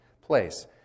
place